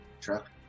truck